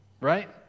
right